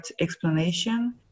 explanation